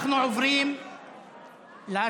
אנחנו עוברים להצעה